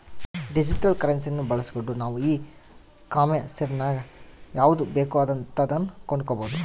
digital ಕರೆನ್ಸಿಯನ್ನ ಬಳಸ್ಗಂಡು ನಾವು ಈ ಕಾಂಮೆರ್ಸಿನಗ ಯಾವುದು ಬೇಕೋ ಅಂತದನ್ನ ಕೊಂಡಕಬೊದು